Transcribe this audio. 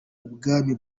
ubwami